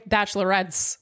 Bachelorette's